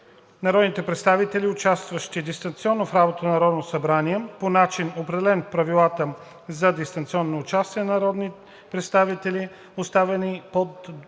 народните представители, участващи дистанционно в работата на Народното събрание – по начин, определен в Правилата за дистанционно участие на народни представители, оставени под